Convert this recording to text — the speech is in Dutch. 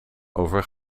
over